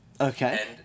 Okay